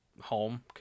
home